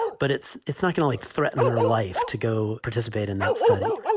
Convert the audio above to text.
but it's it's not going to like threaten their life to go participate in that study.